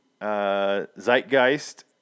Zeitgeist